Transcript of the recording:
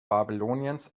babyloniens